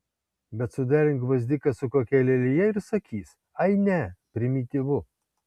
bet suderink gvazdiką su kokia lelija ir sakys ai ne primityvu